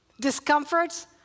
discomforts